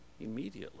immediately